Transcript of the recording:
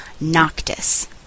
Noctis